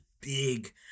big